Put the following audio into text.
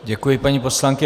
Děkuji, paní poslankyně.